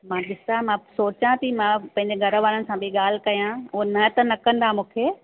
मां ॾिसां मां सोचां ती पैंजे घरवारनि सां बि ॻाल्हि कयां हो न त न कंदा मुंखे